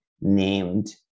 named